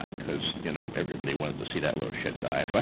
ah cause you know everybody wanted to see that little shit die. but